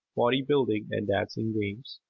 body building and dancing games.